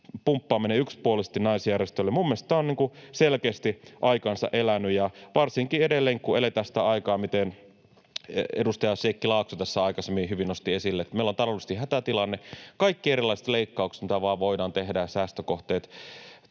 pumppaaminen yksipuolisesti naisjärjestöille on minun mielestäni selkeästi aikansa elänyt. Varsinkin, kun eletään sellaista aikaa — niin kuin edustaja Sheikki Laakso tässä aikaisemmin hyvin nosti esille — että meillä on taloudellisesti hätätilanne. Kaikki erilaiset leikkaukset, mitä vaan voidaan tehdä ja säästökohteet